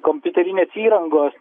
kompiuterinės įrangos